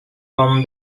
from